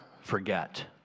forget